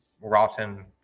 rotten